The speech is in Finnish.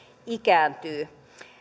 ikääntyy